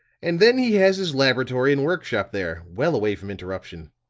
and then he has his laboratory and work-shop there, well away from interruption.